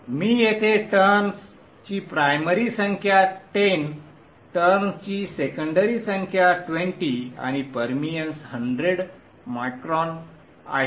मी येथे टर्न्स ची प्रायमरी संख्या 10 टर्न्सची सेकंडरी संख्या 20 आणि परमिअन्स 100 μ आहे